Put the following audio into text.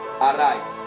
arise